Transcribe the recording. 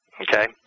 Okay